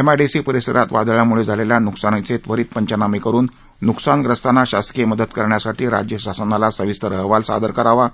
MIDC परिसरात वादळामुळे झालेल्या नुकसानीचे त्वरीत पंचनामे करून नुकसानग्रस्तांना शासकीय मदत करण्यासाठी राज्य शासनाला सविस्तर अहवाल सादर करावा